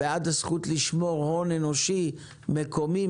בעד הזכות לשמור הון אנושי מקומי,